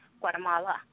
Guatemala